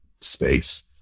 space